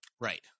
Right